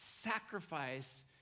sacrifice